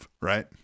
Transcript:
right